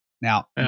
Now